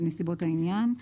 בנסיבות העניין.